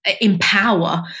empower